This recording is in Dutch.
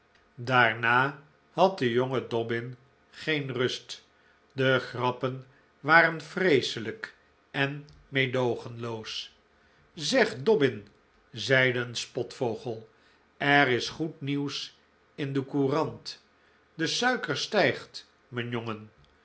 daarna had de jonge dobbin geen rust de grappen waren vreeselijk en meedoogenloos zeg dobbin zeide een spotvogel er is goed nieuws in de courant de suiker stijgt mijn jongen